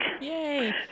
Yay